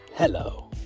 Hello